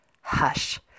Hush